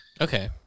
Okay